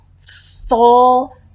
full